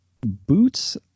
boots